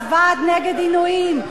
הוועד הציבורי נגד עינויים,